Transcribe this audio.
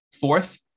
Fourth